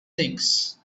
things